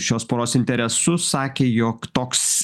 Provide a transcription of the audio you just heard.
šios poros interesus sakė jog toks